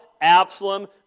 Absalom